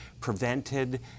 prevented